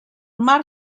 mar